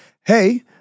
hey